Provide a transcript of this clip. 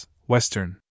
Western